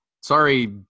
Sorry